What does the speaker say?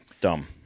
Dumb